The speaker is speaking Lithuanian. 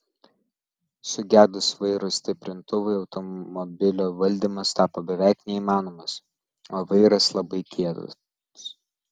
sugedus vairo stiprintuvui automobilio valdymas tapo beveik neįmanomas o vairas labai kietas